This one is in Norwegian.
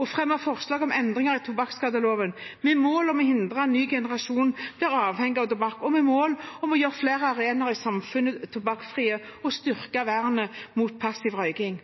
og fremme forslag om endringer i tobakksskadeloven med mål om å hindre at en ny generasjon blir avhengig av tobakk, og med mål om å gjøre flere arenaer i samfunnet tobakksfrie og å styrke vernet mot passiv røyking.